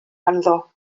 ganddo